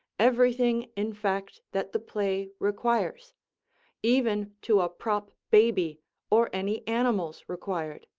everything in fact that the play requires even to a prop baby or any animals required.